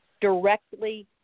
directly